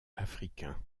africain